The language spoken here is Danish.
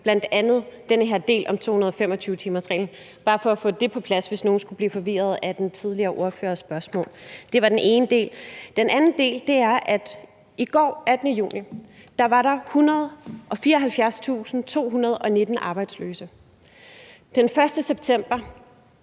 bl.a. den her del om 225-timersreglen? Det er bare for at få det på plads, hvis nogle skulle blive forvirrede af den tidligere ordførers spørgsmål. Det var den ene del. Den anden del handler om, at der i går, den 18. juni, var 174.219 arbejdsløse. Den 1. september